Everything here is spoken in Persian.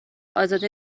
ازاده